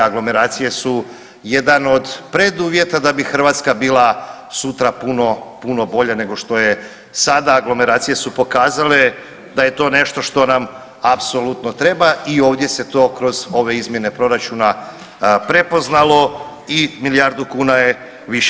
Aglomeracije su jedan od preduvjeta da bi Hrvatska bila sutra puno bolja nego što je sada, aglomeracije su pokazale da je to nešto što nam apsolutno treba i ovdje se to kroz ove izmjene proračuna prepoznalo i milijardu kuna je više.